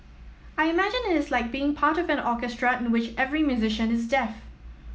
I imagine it is like being part of an orchestra in which every musician is deaf